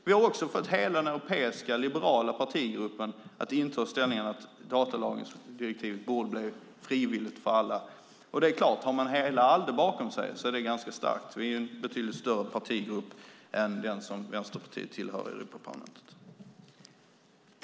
Vi har fått hela den europeiska liberala partigruppen att inta ställningen att datalagringsdirektivet borde vara frivilligt för alla. Har man hela Alde bakom sig är det ganska starkt. Vi är en betydligt större partigrupp än den som Vänsterpartiet tillhör i Europaparlamentet.